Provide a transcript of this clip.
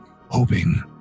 hoping